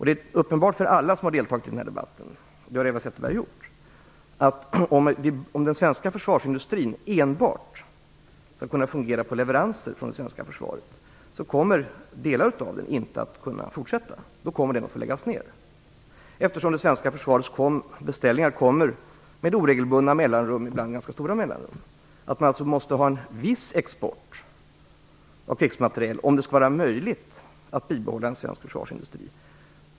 Det är uppenbart för alla som har deltagit i debatten, som Eva Zetterberg har gjort, att om den svenska försvarsindustrin enbart skall fungera med hjälp av leveranser till det svenska försvaret kommer delar av den inte att kunna fortsätta utan kommer att få läggas ned. Det svenska försvarets beställningar kommer nämligen med oregelbundna mellanrum, ibland ganska stora mellanrum. Man måste alltså ha en viss export av krigsmateriel om det skall vara möjligt att bibehålla en svensk försvarsindustri.